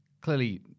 clearly